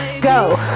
go